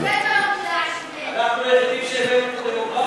אנחנו היחידים שהבאנו לפה דמוקרטיה.